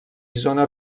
zones